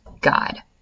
God